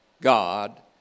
God